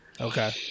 Okay